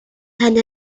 had